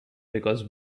because